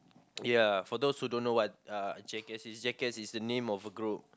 ya for those who don't know what uh Jackass is Jackass is the name of a group